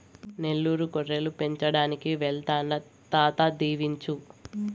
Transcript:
నెల్లూరు గొర్రెలు పెంచడానికి వెళ్తాండా తాత దీవించు